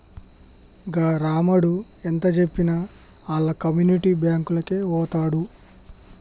గా రామడు ఎంతజెప్పినా ఆళ్ల కమ్యునిటీ బాంకులకే వోతడు